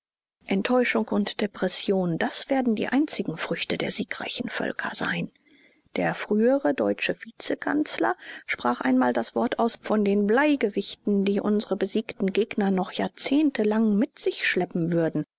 enttäuschung und depression das werden die einzigen früchte der siegreichen völker sein der frühere deutsche vizekanzler sprach einmal das wort aus von den bleigewichten die unsere besiegten gegner noch jahrzehntelang mit sich schleppen würden